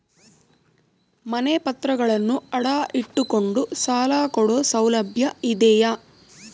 ಮನೆ ಪತ್ರಗಳನ್ನು ಅಡ ಇಟ್ಟು ಕೊಂಡು ಸಾಲ ಕೊಡೋ ಸೌಲಭ್ಯ ಇದಿಯಾ?